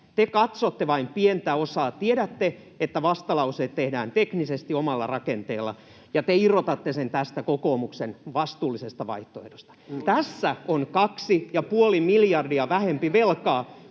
Te katsotte vain pientä osaa. Tiedätte, että vastalauseet tehdään teknisesti omalla rakenteella, ja te irrotatte sen tästä kokoomuksen vastuullisesta vaihtoehdosta. Tässä on 2,5 miljardia vähemmän velkaa